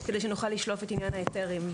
כדי שנוכל לשלוף את עניים ההיתרים.